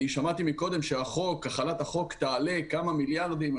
שמעתי קודם שהחלת החוק תעלה כמה מיליארדים.